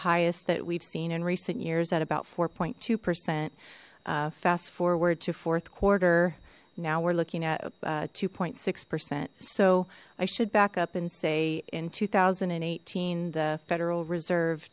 highest that we've seen in recent years at about four point two percent fast forward to fourth quarter now we're looking at two point six percent so i should back up and say in two thousand and eighteen the federal reserve